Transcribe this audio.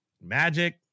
Magic